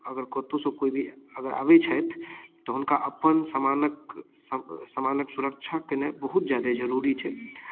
अगर कतहुसँ कोइ भी अगर आबै छथि तऽ हुनका अपन सामानक सामानक सुरक्षा केनाइ बहुत ज्यादे जरूरी छै